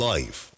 Life